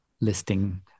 listing